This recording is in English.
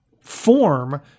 form